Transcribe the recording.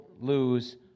lose